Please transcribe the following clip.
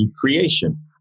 creation